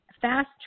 fast